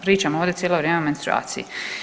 Pričamo ovdje cijelo vrijeme o menstruaciji.